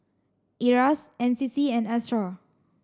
IRAS N C C and ASTAR